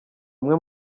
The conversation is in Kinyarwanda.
umwe